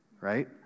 right